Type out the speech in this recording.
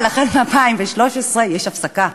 אבל מ-2013 יש הפסקה.